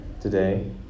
today